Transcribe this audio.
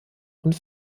und